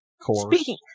Speaking